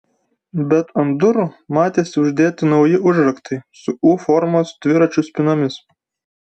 bet ant durų matėsi uždėti nauji užraktai su u formos dviračių spynomis